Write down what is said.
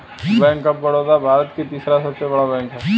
bank of Baroda Bharat का तीसरा सबसे बड़ा बैंक हैं